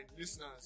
listeners